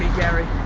gary.